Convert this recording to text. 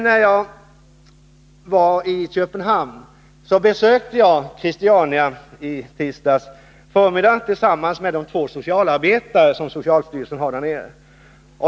När jag nu var i Köpenhamn besökte jag Christiania i tisdags förmiddag tillsammans med de två socialarbetare som socialstyrelsen har där nere.